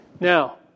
Now